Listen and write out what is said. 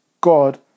God